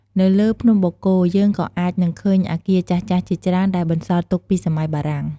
នៅលើភ្នំបូកគោ យើងក៏អាចនឹងឃើញអគារចាស់ៗជាច្រើនដែលបន្សល់ទុកពីសម័យបារាំង។